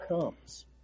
comes